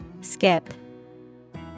Skip